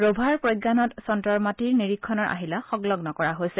Rover প্ৰজ্ঞানত চন্দ্ৰৰ মাটিৰ নিৰীক্ষণৰ আহিলা সংলগ্ন কৰা হৈছে